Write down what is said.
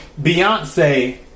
Beyonce